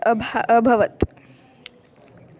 अभा अभवत्